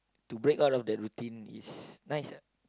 to break all of that routine is nice